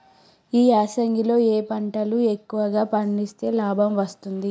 ఈ యాసంగి లో ఏ పంటలు ఎక్కువగా పండిస్తే లాభం వస్తుంది?